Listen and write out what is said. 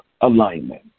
alignment